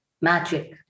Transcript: Magic